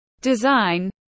design